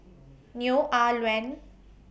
Neo Ah Luan